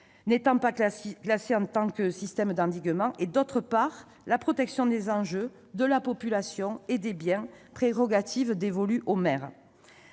n'étant pas classés en tant que systèmes d'endiguement et, d'autre part, la protection des enjeux, de la population et des biens, prérogatives dévolues au maire.